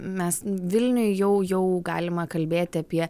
mes vilniuj jau jau galima kalbėt apie